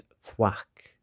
thwack